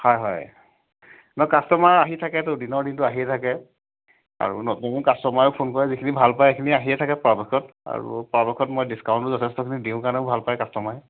হয় হয় নহয় কাষ্টমাৰ আহি থাকে তো দিনৰ দিনটো আহিয়ে থাকে আৰু নতুন নতুন কাষ্টমাৰেও ফোন কৰে যিখিনি ভাল পায় সেইখিনি আহিয়ে থাকে পৰাপক্ষত আৰু পৰাপক্ষত মই ডিছকাউণ্টটো যথেষ্টখিনি দিওঁ কাৰণেও মোক ভাল পায় কাষ্টমাৰে